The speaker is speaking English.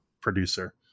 producer